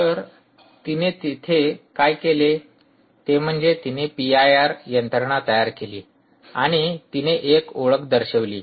slide वेळ पहा 4404 तर तिने येथे काय केले ते म्हणजे तीने पी आय आर यंत्रणा तयार केली आणि तिने एक ओळख दर्शविली